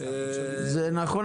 זה נכון.